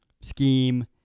Scheme